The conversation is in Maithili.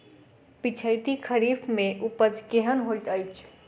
पिछैती खरीफ मे उपज केहन होइत अछि?